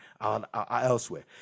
elsewhere